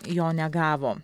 jo negavo